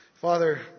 Father